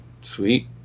Sweet